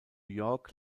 york